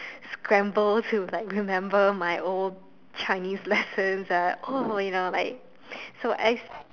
scramble to like remember my old Chinese lessons uh oh you know like so as